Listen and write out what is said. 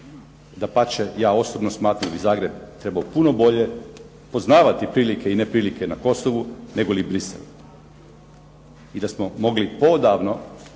dapače ja osobno smatram i Zagreb bi trebao puno bolje poznavati prilike i neprilike na Kosovu, nego li Bruxelles. I da smo mogli odavno,